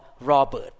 Robert